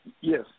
Yes